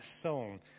song